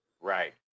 Right